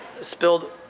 spilled